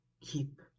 keep